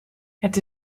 het